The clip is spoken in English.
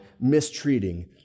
mistreating